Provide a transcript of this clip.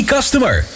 Customer